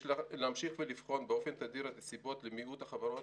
יש להמשיך ולבחון באופן תדיר את הסיבות למיעוט חברות